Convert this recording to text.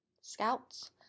scouts